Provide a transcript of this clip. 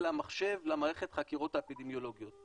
המחשב למערכת החקירות האפידמיולוגיות.